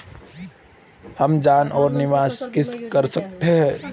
हम जमा और निवेश कैसे कर सकते हैं?